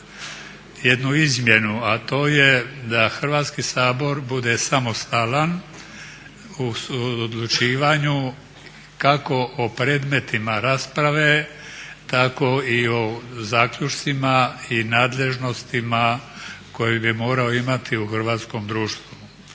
jednu izmjenu, a to je da Hrvatski sabor bude samostalan u odlučivanju kako o predmetima rasprave tako i o zaključcima i nadležnostima koje bi morao imati u hrvatskom društvu.